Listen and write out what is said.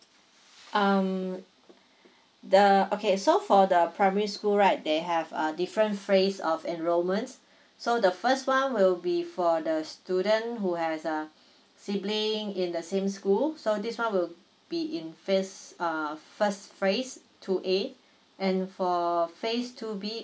um the okay so for the primary school right they have uh different phase of enrollments so the first one will be for the student who has a sibling in the same school so this one will be in fist uh first phase two A and for phase two B